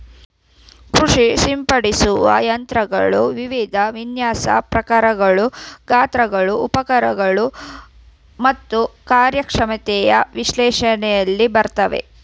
ಕೃಷಿ ಸಿಂಪಡಿಸುವ ಯಂತ್ರಗಳು ವಿವಿಧ ವಿನ್ಯಾಸ ಪ್ರಕಾರಗಳು ಗಾತ್ರಗಳು ಉಪಕರಣಗಳು ಮತ್ತು ಕಾರ್ಯಕ್ಷಮತೆಯ ವಿಶೇಷಣಗಳಲ್ಲಿ ಬರ್ತವೆ